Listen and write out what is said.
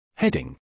Heading